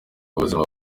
ubuzima